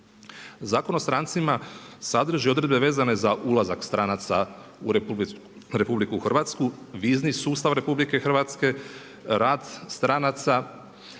Zakon o strancima sadrži odredbe vezane za ulazak stranaca u RH, vizni sustav RH, rad stranaca,